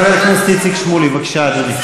חבר הכנסת איציק שמולי, בבקשה, אדוני.